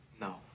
No